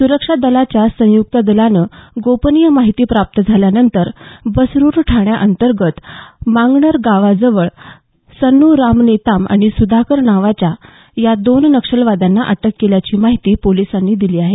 सुरक्षादलांच्या संयुक्त दलानं गोपनीय माहिती प्राप्त झाल्यानंतर बसरूर ठाण्या अंतर्गत मांगनर गांवाजवळ सन्न् राम नेताम आणि सुधाकर नावाच्या या दोन नक्षलवाद्यांना अटक केल्याची माहिती पोलिसांनी दिली आहे